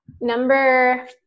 Number